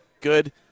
good